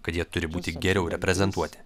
kad jie turi būti geriau reprezentuoti